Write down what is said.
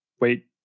wait